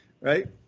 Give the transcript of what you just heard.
Right